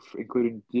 including